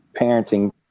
parenting